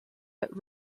but